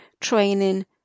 training